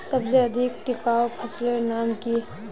सबसे अधिक टिकाऊ फसलेर नाम की?